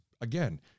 again